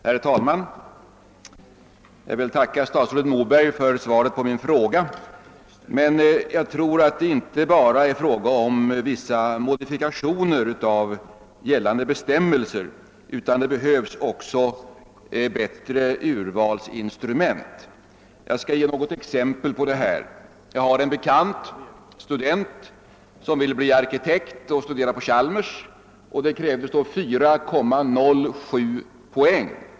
Herr talman! Jag ber att få tacka statsrådet Moberg för svaret. Jag tror att det här inte bara är fråga om vissa modifikationer av gällande bestämmelser utan att det också behövs ett bättre urvalsinstrument. Jag skall ge ett exempel härpå. Jag har en bekant, en student, som ville bli arkitekt och studera på Chalmers. Härför krävdes 4,07 poäng.